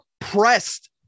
pressed